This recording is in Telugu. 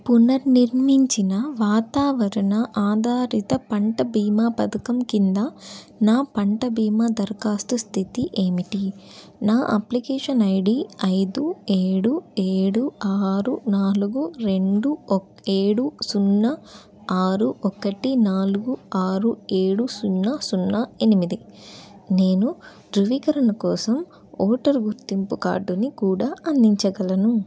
పునర్నిర్మించిన వాతావరణ ఆధారిత పంట భీమా పథకం క్రింద నా పంట భీమా దరఖాస్తు స్థితి ఏమిటి నా అప్లికేషన్ ఐడీ ఐదు ఏడు ఏడు ఆరు నాలుగు రెండు ఒక ఏడు సున్నా ఆరు ఒకటి నాలుగు ఆరు ఏడు సున్నా సున్నా ఎనిమిది నేను ధృవీకరణ కోసం ఓటరు గుర్తింపు కార్డుని కూడా అందించగలను